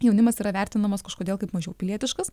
jaunimas yra vertinamas kažkodėl kaip mažiau pilietiškas